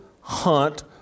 hunt